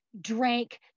drank